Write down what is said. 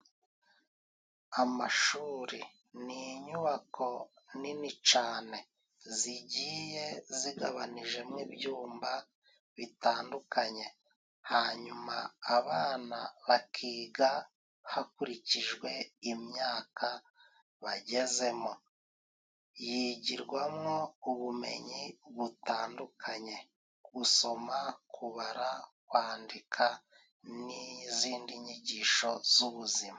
Amashuri ni inyubako nini cyane zigiye zigabanyijemo ibyumba bitandukanye, hanyuma abana bakiga hakurikijwe imyaka bagezemo. Yigirwamwo ubumenyi butandukanye: Gusoma, kubara, kwandika n'izindi nyigisho z'ubuzima.